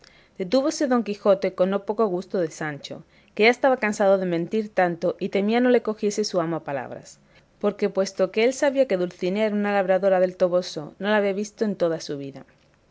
estaba detúvose don quijote con no poco gusto de sancho que ya estaba cansado de mentir tanto y temía no le cogiese su amo a palabras porque puesto que él sabía que dulcinea era una labradora del toboso no la había visto en toda su vida